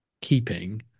keeping